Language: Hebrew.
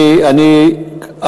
א.